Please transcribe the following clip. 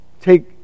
take